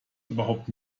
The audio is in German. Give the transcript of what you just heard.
überhaupt